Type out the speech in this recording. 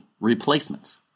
replacements